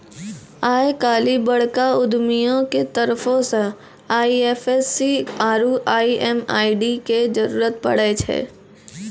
आइ काल्हि बड़का उद्यमियो के तरफो से आई.एफ.एस.सी आरु एम.एम.आई.डी के जरुरत पड़ै छै